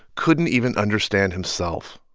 couldn't even understand himself